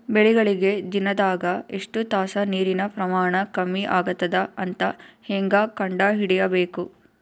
ಬೆಳಿಗಳಿಗೆ ದಿನದಾಗ ಎಷ್ಟು ತಾಸ ನೀರಿನ ಪ್ರಮಾಣ ಕಮ್ಮಿ ಆಗತದ ಅಂತ ಹೇಂಗ ಕಂಡ ಹಿಡಿಯಬೇಕು?